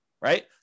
right